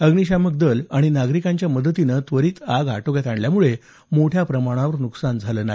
अग्निशामक दल आणि नागरिकांच्या मदतीनं त्वरीत आग आटोक्यात आणल्यामुळे मोठ्या प्रमाणावर नुकसान झाले नाही